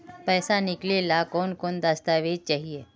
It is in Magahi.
पैसा निकले ला कौन कौन दस्तावेज चाहिए?